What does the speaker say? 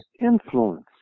influence